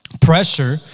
pressure